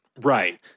right